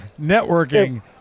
networking